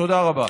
תודה רבה.